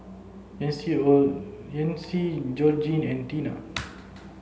Yancy Yancy Georgene and Teena